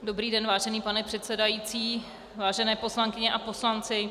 Dobrý den, vážený pane předsedající, vážené poslankyně a poslanci.